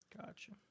Gotcha